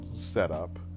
setup